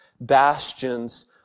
bastions